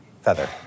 feather